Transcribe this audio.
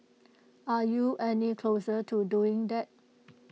are you any closer to doing that